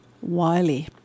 Wiley